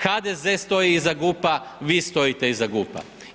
HDZ stoji iza GUP-a, vi stojite iza GUP-a.